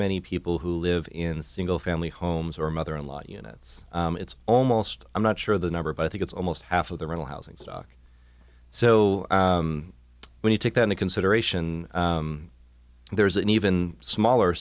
many people who live in single family homes or mother in law units it's almost i'm not sure of the number but i think it's almost half of the real housing stock so when you take that into consideration there is an even smaller